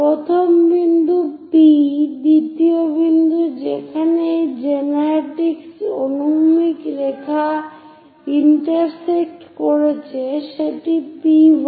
প্রথম বিন্দু P দ্বিতীয় বিন্দু যেখানে এই জেনারেট্রিক্স অনুভূমিক রেখা ইন্টারসেক্ট করছে সেটি P1